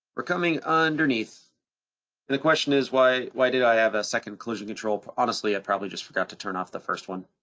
we're coming underneath. and the question is why why did i have a second collision control? honestly, i probably just forgot to turn off the first one.